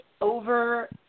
Over